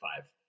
five